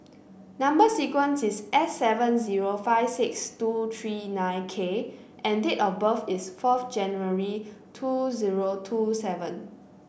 number sequence is S seven zero five six two three nine K and date of birth is fourth January two zero two seven